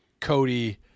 Cody